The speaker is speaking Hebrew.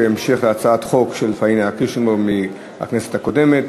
כהמשך להצעת חוק של פניה קירשנבאום מהכנסת הקודמת.